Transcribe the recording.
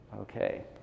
Okay